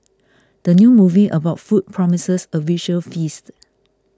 the new movie about food promises a visual feast